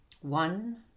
One